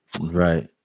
Right